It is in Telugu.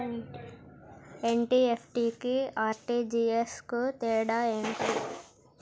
ఎన్.ఇ.ఎఫ్.టి కి ఆర్.టి.జి.ఎస్ కు తేడా ఏంటిది?